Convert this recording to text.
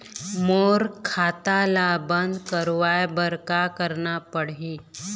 मोर खाता ला बंद करवाए बर का करना पड़ही?